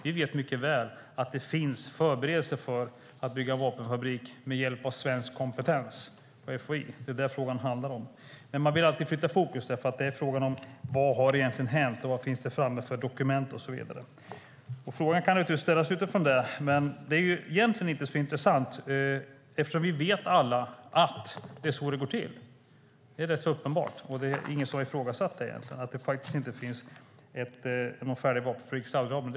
Vi vet mycket väl att det finns förberedelser för att bygga en vapenfabrik med hjälp av svensk kompetens på FOI. Det är det frågan handlar om. Men man vill flytta fokus, för det är fråga om vad som egentligen har hänt, vad det finns för dokument och så vidare. Frågan kan naturligtvis ställas utifrån detta, men det är egentligen inte så intressant. Vi vet nämligen alla att det är så det går till. Det är rätt uppenbart, och det är ingen som egentligen har ifrågasatt påståendet att det inte finns en färdig vapenfabrik i Saudiarabien.